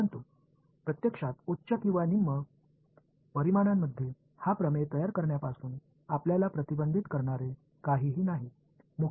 परंतु प्रत्यक्षात उच्च किंवा निम्न परिमाणांमध्ये हा प्रमेय तयार करण्यापासून आपल्याला प्रतिबंधित करणारे काहीही नाही